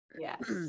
Yes